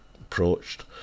approached